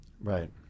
Right